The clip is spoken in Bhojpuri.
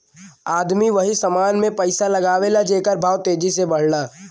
आदमी वही समान मे पइसा लगावला जेकर भाव तेजी से बढ़ला